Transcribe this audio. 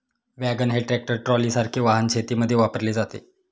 wagon हे tractor ट्रॉलीसारखे वाहन शेतीमध्ये वापरले जाते